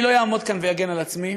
אני לא אעמוד כאן ואגן על עצמי.